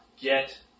get